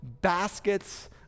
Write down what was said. baskets